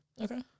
Okay